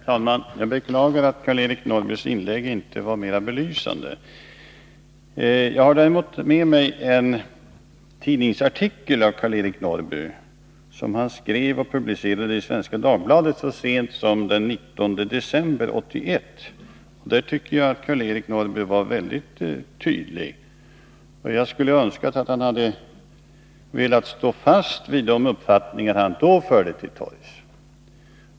Herr talman! Jag beklagar att Karl-Eric Norrbys inlägg inte var mer belysande. Jag har emellertid med mig en tidningsartikel av Karl-Eric Norrby, som publicerades i Svenska Dagbladet så sent som den 19 december 1981. Där var Karl-Eric Norrby mycket tydlig. Jag önskar att han hade velat hålla fast vid de uppfattningar som han då förde till torgs.